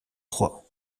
troyes